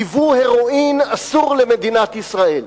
ייבוא הירואין אסור במדינת ישראל.